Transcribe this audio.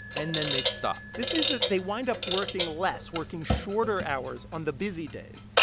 and then they stop this means that they wind up working less working shorter hours on the busy days.